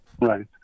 Right